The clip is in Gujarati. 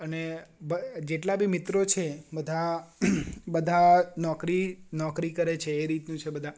અને જેટલા બી મિત્રો છે બધા બધા નોકરી નોકરી કરે છે એ રીતનું છે બધા